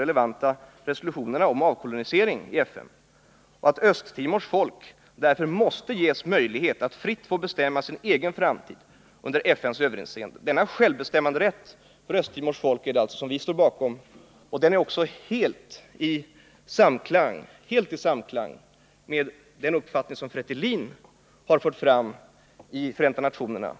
relevanta resolutionerna i FN om avkolonisering och att Östtimors folk därför måste ges möjlighet att bestämma sin egen framtid under FN:s överinseende. Denna självbestämmanderätt för Östtimors folk är det alltså som står bakom ställningstagandet, och den är också helt i samklang med den uppfattning som Fretilin fört fram i Förenta nationerna.